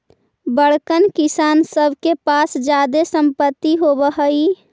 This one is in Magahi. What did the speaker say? बड़कन किसान सब के पास जादे सम्पत्ति होवऽ हई